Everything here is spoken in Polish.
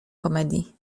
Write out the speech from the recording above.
komedii